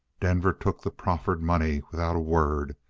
denver took the proffered money without a word,